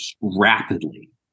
rapidly